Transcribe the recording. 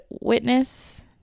witness